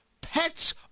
Pets